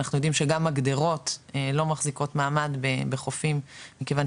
אנחנו יודעים שגם הגדרות לא מחזיקות מעמד בחופים מכיוון